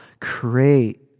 create